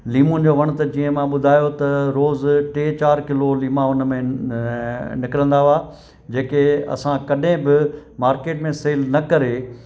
लीमो जो वण त जीअं मां ॿुधायो त रोजु टे चारि किलो लीमा उन में निकिरंदा हुआ जेके असां कॾहिं बि मार्केट में सेल न करे